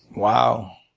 wow,